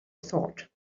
thought